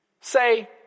Say